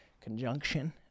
conjunction